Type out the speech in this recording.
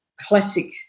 classic